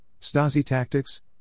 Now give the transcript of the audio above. Stasi-Tactics